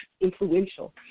influential